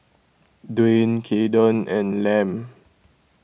Duane Kayden and Lem